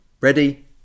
Ready